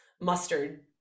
mustard